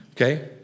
Okay